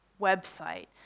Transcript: website